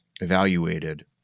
evaluated